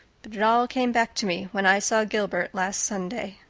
but it all came back to me when i saw gilbert last sunday.